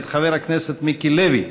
מאת חבר הכנסת מיקי לוי.